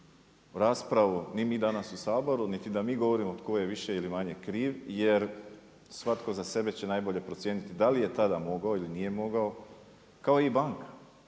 u raspravu ni mi danas u Saboru niti da mi govorimo tko je više ili manje kriv jer svatko za sebe će najbolje procijeniti da li je tada mogao ili nije mogao kao i banka.